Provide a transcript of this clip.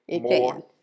more